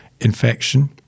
infection